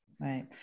Right